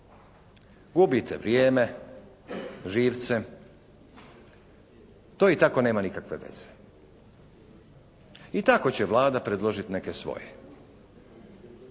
Gubite vrijeme, živce, to i tako nema nikakve veze. I tako će Vlada predložiti neke svoje.